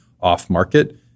off-market